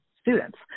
students